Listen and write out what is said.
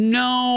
no